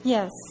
Yes